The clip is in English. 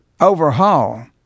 overhaul